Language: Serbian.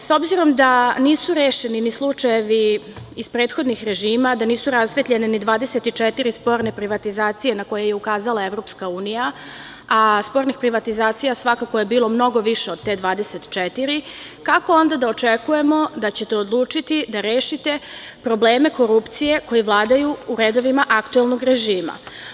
S obzirom da nisu rešeni ni slučajevi iz prethodnih režima, da nisu rasvetljene ni 24 sporne privatizacije na koje je ukazala EU, a spornih privatizacija svakako je bilo mnogo više od te 24, kako onda da očekujemo da ćete odlučiti da rešite probleme korupcije koji vladaju u redovima aktuelnog režima?